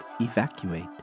evacuate